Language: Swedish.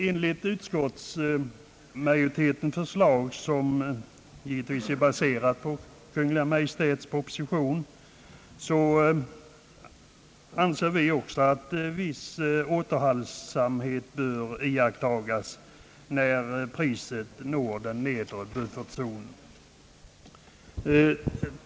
Enligt utskottsmajoritetens förslag, som givetvis är baserat på Kungl. Maj:ts proposition, anser vi också att viss återhållsamhet bör iakttas när priset når den nedre buffertzonen.